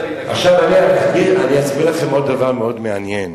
אני אסביר לכם עוד דבר מאוד מעניין: